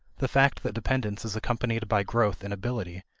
the fact that dependence is accompanied by growth in ability,